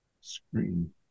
screen